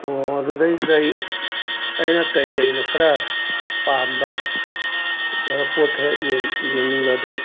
ꯑꯣ ꯑꯗꯨꯗꯩꯗꯨꯗ ꯑꯩ ꯑꯩꯅ ꯀꯩꯀꯩꯅꯣ ꯈꯔ ꯄꯥꯝꯕ ꯈꯔ ꯄꯣꯠ ꯈꯔ ꯌꯦꯡ ꯌꯦꯡꯅꯤꯡꯕ ꯑꯗꯨ